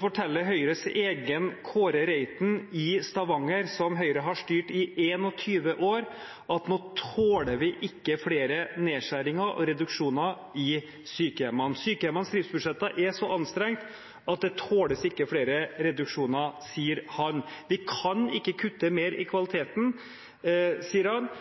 forteller Høyres egen Kåre Reiten i Stavanger, som Høyre har styrt i 21 år, at nå tåler vi ikke flere nedskjæringer og reduksjoner i sykehjemmene. Sykehjemmenes driftsbudsjetter er så anstrengt at det tåles ikke flere reduksjoner, sier han. Vi kan ikke kutte mer i kvaliteten, sier han,